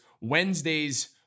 Wednesday's